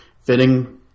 fitting